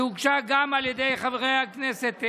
שהוגשה גם על ידי חברי הכנסת,